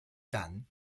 tant